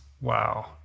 Wow